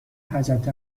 حضرت